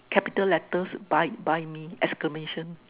capital letters buy buy me exclamation